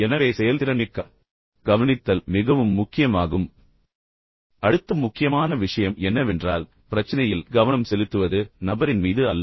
எனவே செயல்திறன்மிக்க கவனித்தல் மிகவும் முக்கியமாகும் அடுத்த முக்கியமான விஷயம் என்னவென்றால் பிரச்சினையில் கவனம் செலுத்துவது நபரின் மீது அல்ல